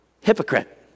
hypocrite